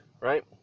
right